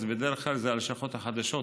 אז בדרך כלל זה הלשכות החדשות,